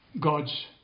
God's